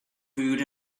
food